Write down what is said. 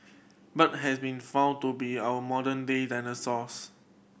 bird has been found to be our modern day dinosaurs